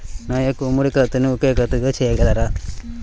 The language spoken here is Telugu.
నా యొక్క ఉమ్మడి ఖాతాను ఒకే ఖాతాగా చేయగలరా?